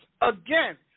Again